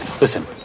Listen